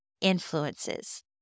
influences